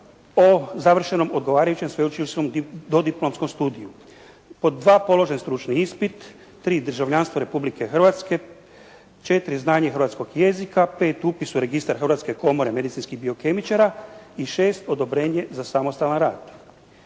o završenom odgovarajućem sveučilišnom dodiplomskom studiju. Pod dva položeni stručni ispit. Tri, državljanstvo Republike Hrvatske. Četiri, znanje hrvatskog jezika. Pet, upis u registar Hrvatske komore medicinskih biokemičara. I šest, odobrenje za samostalan rad.